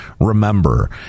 remember